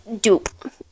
dupe